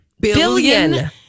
billion